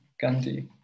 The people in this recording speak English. Gandhi